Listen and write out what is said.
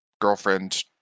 girlfriend